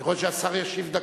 יכול להיות שהשר ישיב דקה.